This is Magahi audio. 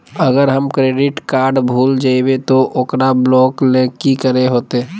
अगर हमर क्रेडिट कार्ड भूल जइबे तो ओकरा ब्लॉक लें कि करे होते?